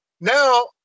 now